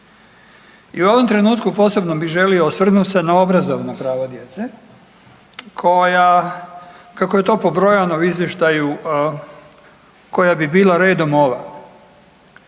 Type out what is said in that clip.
I u ovom trenutku posebno bi želio osvrnut se na obrazovna prava djece koja kako je to pobrojano u izvještaju koja bi bila redom ova,